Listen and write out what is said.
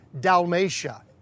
Dalmatia